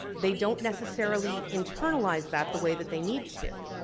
they don't necessarily internalize that the way that they need to.